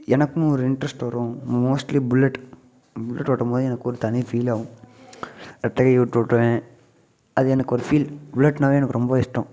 எனக்குன்னு ஒரு இன்ட்ரெஸ்ட் வரும் மோஸ்ட்லி புல்லட் புல்லட் ஓட்டும்மோது எனக்கு ஒரு தனி ஃபீல் ஆவும் ரெட்டை கை விட்டுட்டு ஓட்டுவேன் அது எனக்கு ஒரு ஃபீல் புல்லட்னாவே எனக்கு ரொம்ப இஷ்டம்